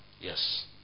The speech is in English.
Yes